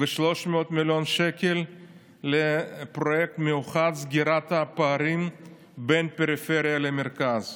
ו-300 מיליון שקל לפרויקט מיוחד לסגירת הפערים בין הפריפריה למרכז.